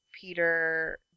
Peter